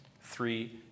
three